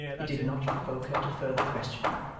it did not provoke her to further questioning,